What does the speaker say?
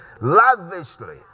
lavishly